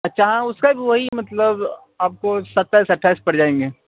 اچھا ہاں اس کا بھی وہی مطلب آپ کو ستائیس اٹھائیس پڑ جائیں گے